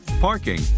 parking